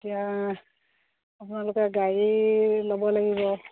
এতিয়া আপোনালোকে গাড়ী ল'ব লাগিব